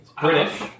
British